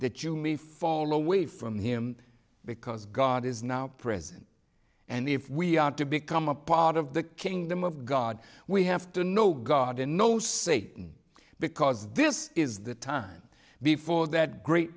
that you may fall away from him because god is now present and if we are to become a part of the kingdom of god we have to know god and know satan because this is the time before that great